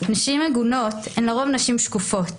נשים עגונות הן לרוב נשים שקופות,